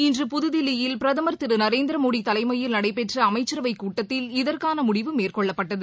இன்று புதுதில்லியில் பிரதமர் திருநரேந்திரமோடிதலைமையில் நடைபெற்றஅமைச்சரவைக் கூட்டத்தில் இதற்கானமுடிவு மேற்கொள்ளப்பட்டது